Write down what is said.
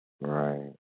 Right